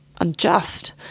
unjust